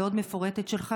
המפורטת מאוד,